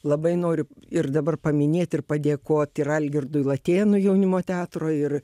labai noriu ir dabar paminėt ir padėkot ir algirdui latėnui jaunimo teatro ir